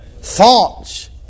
Thoughts